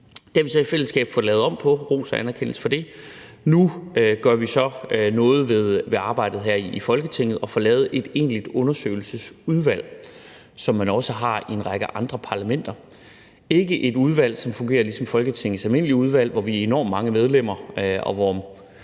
og ros og anerkendelse for det. Nu gør vi så noget ved arbejdet her i Folketinget og får lavet et egentligt undersøgelsesudvalg, som man også har i en række andre parlamenter. Det er ikke et udvalg, som fungerer ligesom Folketingets almindelige udvalg, hvor vi er enormt mange medlemmer,